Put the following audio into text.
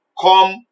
come